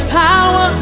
power